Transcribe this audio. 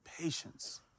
patience